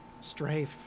Strafe